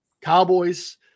Cowboys